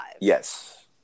Yes